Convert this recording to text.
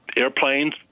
airplanes